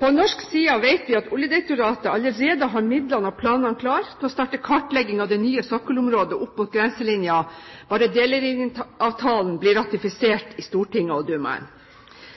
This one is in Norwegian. På norsk side vet vi at Oljedirektoratet allerede har midlene og planene klare til å starte kartleggingen av det nye sokkelområdet opp mot grenselinjen, bare delelinjeavtalen er blitt ratifisert i Stortinget og